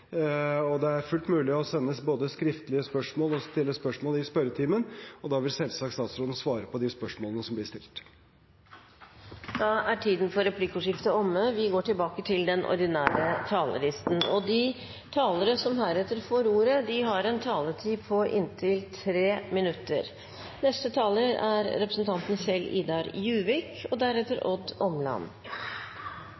og det er fullt mulig å både sende skriftlige spørsmål og stille spørsmål i spørretimen, og da vil selvsagt statsråden svare på de spørsmålene som blir stilt. Replikkordskiftet er omme. De talere som heretter får ordet, har en taletid på inntil 3 minutter. Arbeiderpartiet står for en politikk som skal ta hele landet i bruk, og